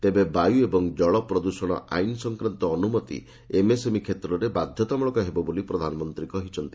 ତେବେ ବାୟ ଏବଂ ଜଳ ପ୍ରଦ୍ୟଷଣ ଆଇନ ସଂକ୍ରାନ୍ତ ଅନ୍ରମତି ଏମ୍ଏସ୍ଏମ୍ଇ କ୍ଷେତ୍ରରେ ବାଧତାମ୍ରଳକ ହେବ ବୋଲି ପ୍ରଧାନମନ୍ତ୍ରୀ କହିଛନ୍ତି